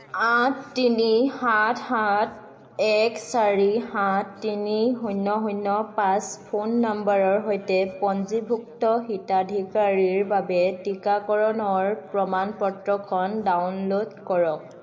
আঠ তিনি সাত সাত এক চাৰি সাত তিনি শূন্য শূন্য পাঁচ ফোন নম্বৰৰ সৈতে পঞ্জীভুক্ত হিতাধিকাৰীৰ বাবে টীকাকৰণৰ প্ৰমাণ পত্ৰখন ডাউনলোড কৰক